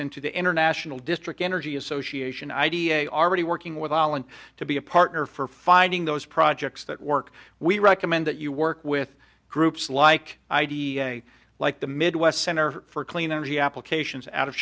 into the international district energy association idea already working with alan to be a partner for finding those projects that work we recommend that you work with groups like id like the midwest center for clean energy applications out of